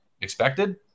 expected